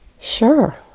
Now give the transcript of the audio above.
Sure